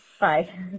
Bye